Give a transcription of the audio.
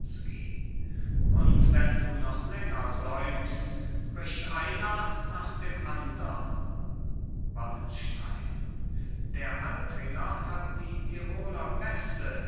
und wenn du noch länger säumst bricht einer nach dem andern wallenstein der altringer hat die tiroler pässe